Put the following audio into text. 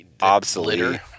obsolete